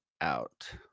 out